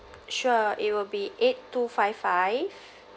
sure it will be eight two five five